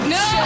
no